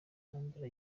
ntambara